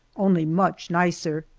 only much nicer.